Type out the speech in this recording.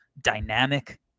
dynamic